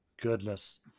goodness